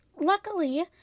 Luckily